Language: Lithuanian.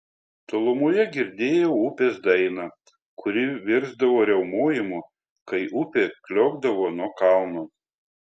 tolumoje girdėjau upės dainą kuri virsdavo riaumojimu kai upė kliokdavo nuo kalno